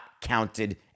counted